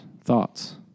thoughts